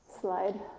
Slide